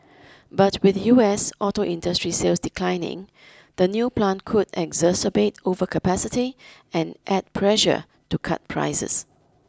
but with U S auto industry sales declining the new plant could exacerbate overcapacity and add pressure to cut prices